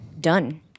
done